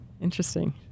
interesting